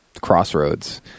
crossroads